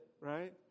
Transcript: right